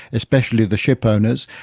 especially the ship-owners,